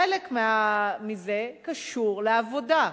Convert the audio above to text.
חלק מזה קשור לעבודה.